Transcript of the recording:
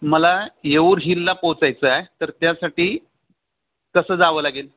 मला येऊर हिलला पोचायचं आहे तर त्यासाठी कसं जावं लागेल